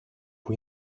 πού